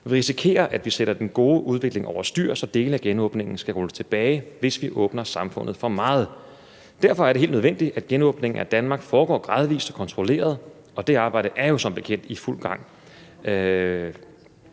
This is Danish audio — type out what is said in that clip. Vi risikerer, at vi sætter den gode udvikling over styr, så dele af genåbningen skal rulles tilbage, hvis vi åbner samfundet for meget. Derfor er det helt nødvendigt, at genåbningen af Danmark foregår gradvist og kontrolleret. Det arbejde er jo som bekendt i fuld gang.